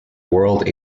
world